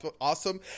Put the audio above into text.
awesome